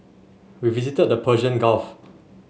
we visited the Persian Gulf